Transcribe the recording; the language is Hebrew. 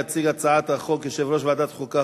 יציג את הצעת החוק במקום יו"ר ועדת חוקה,